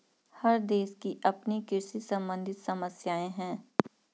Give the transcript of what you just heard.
हर देश की अपनी कृषि सम्बंधित समस्याएं हैं